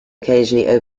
occasionally